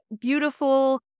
beautiful